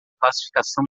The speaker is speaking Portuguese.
classificação